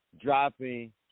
dropping